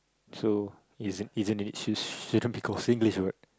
so isn't isn't it shouldn't be called Singlish [what]